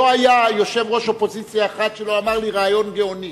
לא היה יושב-ראש אופוזיציה אחד שלא אמר לי: רעיון גאוני,